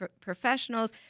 professionals